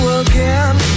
again